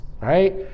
Right